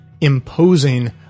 imposing